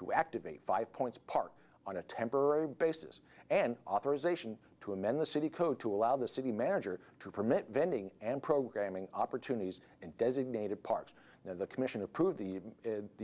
to activate five points part on a temporary basis an authorization to amend the city code to allow the city manager to permit vending and programming opportunities and designated parts of the commission approved the